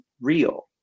real